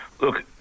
Look